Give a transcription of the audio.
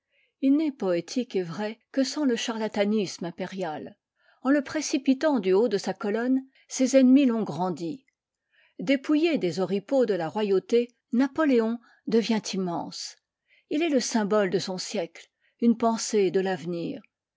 il n'est poétique et vrai que sans le charlatanisme impérial en le précipitant du haut de sa colonne ses ennemis l'ont grandi dépouillé des oripeaux de la royauté napoléon devient immense il est le symbole de son siècle une pensée de l'avenir